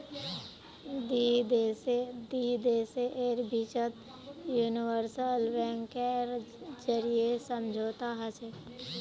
दी देशेर बिचत यूनिवर्सल बैंकेर जरीए समझौता हछेक